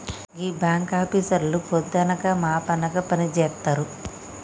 గీ బాంకాపీసర్లు పొద్దనక మాపనక పనిజేత్తరు